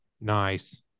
Nice